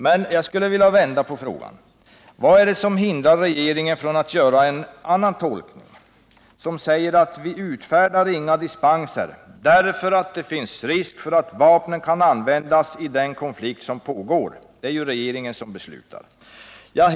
Men jag skulle vilja vända på frågan: Vad är det som hindrar regeringen från att göra en annan tolkning, som säger att vi inte utfärdar några dispenser därför att det finns risk att vapnen kan användas i den konflikt som pågår? Det är regeringen som beslutar om sådana saker.